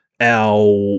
our-